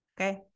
okay